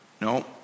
No